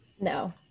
No